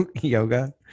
yoga